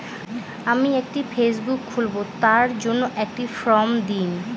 আমি একটি ফেসবুক খুলব তার জন্য একটি ফ্রম দিন?